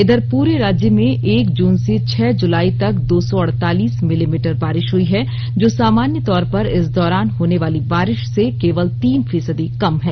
इधर पूरे राज्य में एक जून से छह जुलाई तक दो सौ अड़तालीस मिमी बारिश हुई है जो सामान्य तौर पर इस दौरान होने वाली बारिश से केवल तीन फीसदी कम है